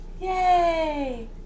yay